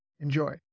Enjoy